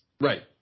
Right